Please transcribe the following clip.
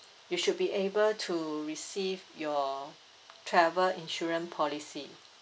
you should be able to receive your travel insurance policy